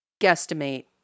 guesstimate